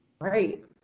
right